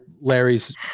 Larry's